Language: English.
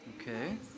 Okay